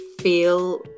feel